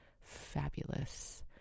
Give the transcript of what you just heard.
fabulous